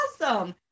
awesome